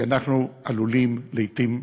כי אנחנו עלולים לעתים לקלקל,